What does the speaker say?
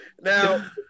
Now